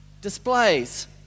displays